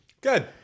Good